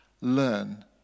learn